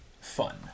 fun